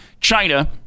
China